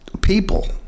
people